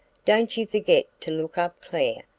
don't you forget to look up clare!